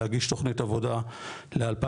להגיש תוכנית עבודה ל-2023-24,